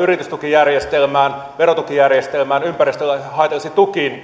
yritystukijärjestelmään verotukijärjestelmään ja ympäristölle haitallisiin tukiin